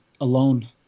alone